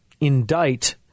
indict